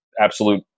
absolute